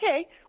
Okay